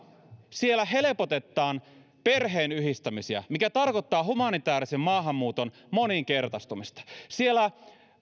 helpotetaan perheenyhdistämisiä mikä tarkoittaa humanitaarisen maahanmuuton moninkertaistumista siellä